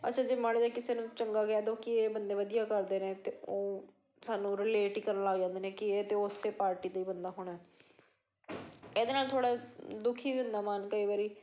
ਅੱਛਾ ਜੇ ਮਾੜਾ ਜਿਹਾ ਕਿਸੇ ਨੂੰ ਚੰਗਾ ਕਹਿ ਦਿਓ ਕਿ ਇਹ ਬੰਦੇ ਵਧੀਆ ਕਰਦੇ ਨੇ ਤਾਂ ਉਹ ਸਾਨੂੰ ਰਿਲੇਟ ਹੀ ਕਰਨ ਲੱਗ ਜਾਂਦੇ ਨੇ ਕਿ ਇਹ ਤਾਂ ਉਸ ਪਾਰਟੀ ਦਾ ਹੀ ਬੰਦਾ ਹੋਣਾ ਇਹਦੇ ਨਾਲ ਥੋੜ੍ਹਾ ਦੁਖੀ ਵੀ ਹੁੰਦਾ ਮਨ ਕਈ ਵਾਰ